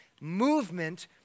movement